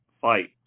fight